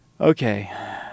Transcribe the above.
okay